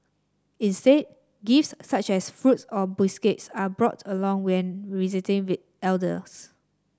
instead gifts such as fruits or biscuits are brought along when visiting we elders